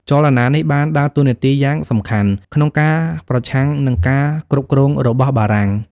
ចលនានេះបានដើរតួនាទីយ៉ាងសំខាន់ក្នុងការប្រឆាំងនឹងការគ្រប់គ្រងរបស់បារាំង។